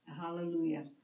hallelujah